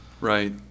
Right